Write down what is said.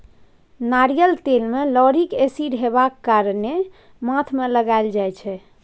नारियल तेल मे लाउरिक एसिड हेबाक कारणेँ माथ मे लगाएल जाइ छै